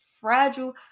fragile